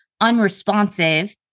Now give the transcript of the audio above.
unresponsive